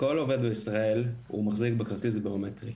כל עובד בישראל מחזיק בכרטיס ביומטרי.